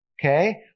Okay